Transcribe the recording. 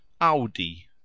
audi